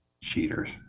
Cheaters